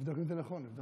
תבדוק אם זה נכון.